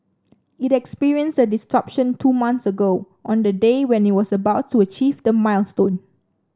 it experienced a disruption two months ago on the day when it was about to achieve the milestone